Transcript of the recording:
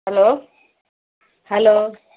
hello hello